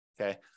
okay